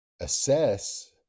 assess